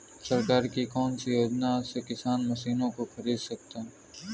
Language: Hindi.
सरकार की कौन सी योजना से किसान मशीनों को खरीद सकता है?